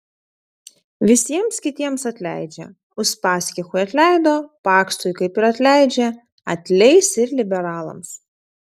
visiems kitiems atleidžia uspaskichui atleido paksui kaip ir atleidžia atleis ir liberalams